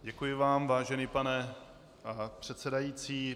Děkuji vám, vážený pane předsedající.